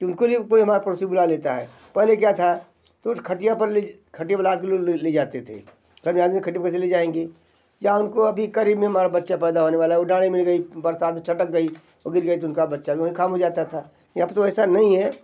तो उनके लिए भी पूरे हमार पशु बुला लेता है पहले क्या था तो कुछ खटिया पर खटिया पर लाद के लोग ले ले जाते थे सब जानते थे खटिया पर कैसे ले जाएंगे या उनको अभी क़रीब में हमारा बच्चा पैदा होने वाला है वो डाड़े मिढ़ गई बरसात में छटक गई वो गिर गई तो उनका बच्चा भी वहीं ख़ाम हो जाता था यहाँ पर तो ऐसा नहीं है